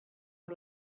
amb